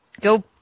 go